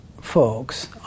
folks